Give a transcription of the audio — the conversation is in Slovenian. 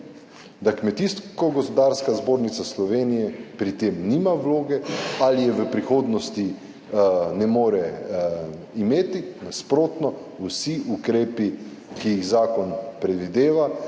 zbornica Slovenije pri tem nima vloge ali je v prihodnosti ne more imeti. Nasprotno, vsi ukrepi, ki jih zakon predvideva,